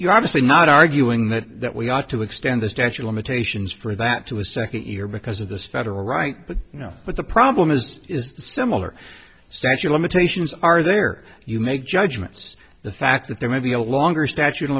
you're obviously not arguing that that we ought to extend the statue of limitations for that to a second year because of this federal right but you know what the problem is is similar start your limitations are there you make judgments the fact that there may be a longer statute of